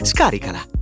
Scaricala